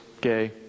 gay